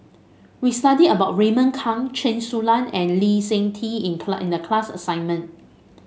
we studied about Raymond Kang Chen Su Lan and Lee Seng Tee in in the class assignment